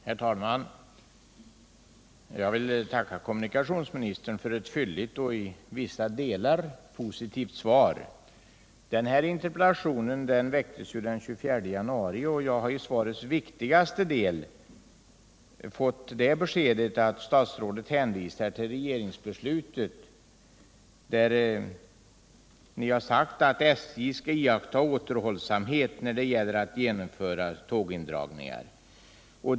Herr talman! Jag tackar kommunikationsministern för ett fylligt och i vissa delar positivt svar. återhållsamhet när det gäller att genomföra tågindragningar.